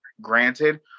granted